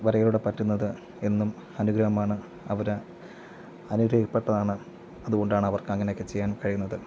വരയോടെ പറ്റുന്നത് എന്നും അനുഗ്രഹമാണ് അവർ അനുഗ്രഹിക്കപ്പെട്ടതാണ് അതുകൊണ്ടാണ് അവർക്ക് അങ്ങനെയൊക്കെ ചെയ്യാൻ കഴിയുന്നത്